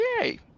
yay